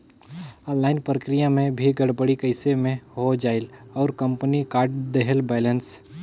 Online प्रक्रिया मे भी गड़बड़ी कइसे मे हो जायेल और कंपनी काट देहेल बैलेंस?